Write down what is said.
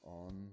on